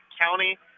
County